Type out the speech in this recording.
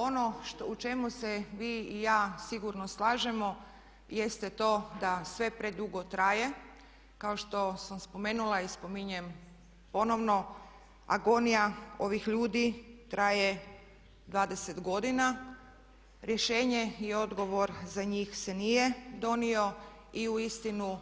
Ono u čemu se vi i ja sigurno slažemo jeste to da sve predugo traje kao što sam spomenula i spominjem ponovno agonija ovih ljudi traje 20 godina, rješenje i odgovor za njih se nije donio i uistinu